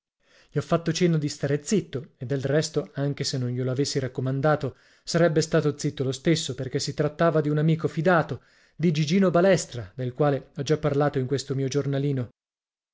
gli ho fatto cenno di stare zitto e del resto anche se non glielo avessi raccomandato sarebbe stato zitto lo stesso perché si trattava di un amico fidato di gigino balestra del quale ho già parlato in questo mio giornalino